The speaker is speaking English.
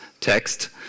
text